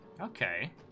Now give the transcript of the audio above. Okay